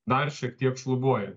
dar šiek tiek šlubuoja